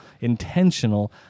intentional